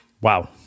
Wow